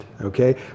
okay